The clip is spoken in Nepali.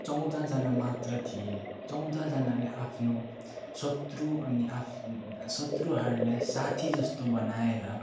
चौधजना मात्र थिए चौधजनाले आफ्नो शत्रु अनि आफ् शत्रुहरूलाई साथीजस्तो बनाएर